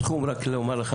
הסכום רק לומר לך,